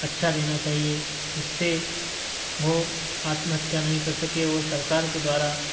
अच्छा देना चाहिए जिससे वो आत्महत्या नहीं कर सके और सरकार के द्वारा